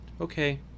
okay